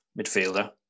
midfielder